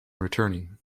returning